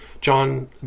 John